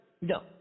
No